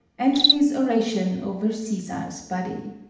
antony's oration over caesar's body